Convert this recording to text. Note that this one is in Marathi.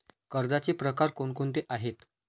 कर्जाचे प्रकार कोणकोणते आहेत?